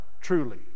truly